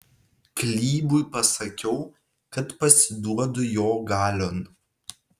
klybui pasakiau kad pasiduodu jo galion